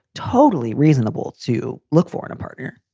totally reasonable to look for in a partner